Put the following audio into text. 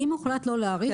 אם הוחלט לא להאריך,